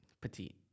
Petite